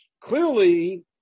clearly